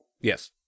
Yes